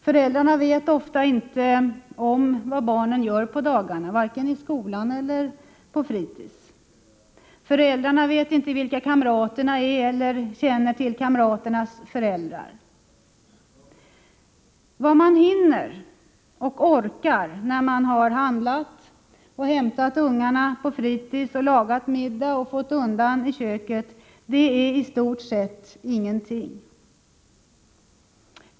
Föräldrarna vet ofta inte vad barnen gör på dagarna — varken i skolan eller på fritis. Föräldrarna vet inte vilka kamraterna är eller känner inte till kamraternas föräldrar. Vad man hinner och orkar när man har handlat och hämtat ungarna på fritis och lagat middag och fått undan i köket — det är i stort sett ingenting.